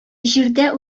җирдә